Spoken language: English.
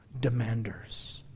demanders